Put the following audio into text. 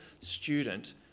student